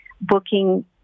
booking